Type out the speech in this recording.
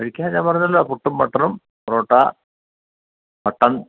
കഴിക്കാന് ഞാന് പറഞ്ഞല്ലോ പുട്ടും മട്ടണും പൊറോട്ട കട്ടന്